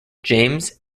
james